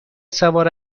سوار